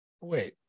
Wait